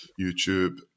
YouTube